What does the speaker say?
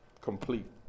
complete